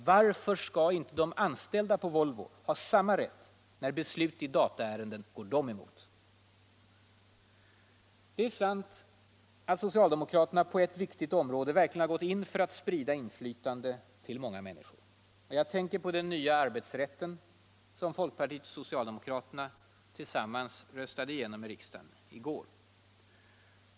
Varför skall inte de anställda på Volvo ha samma rätt när beslut i dataärenden går dem emot? Det är sant att socialdemokraterna på ett viktigt område verkligen har gått in för att sprida inflytande till många människor. Jag tänker på den nya arbetsrätten som folkpartiet och socialdemokraterna tillsammans röstade igenom i riksdagen i går.